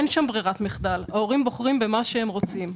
אין שם ברירת מחדל, ההורים בוחרים במה שהם רוצים.